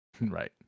Right